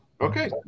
okay